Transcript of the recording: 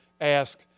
ask